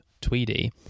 Tweedy